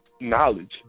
knowledge